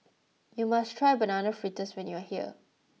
you must try banana fritters when you are here